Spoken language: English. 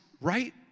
right